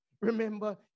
Remember